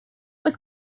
was